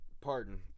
pardon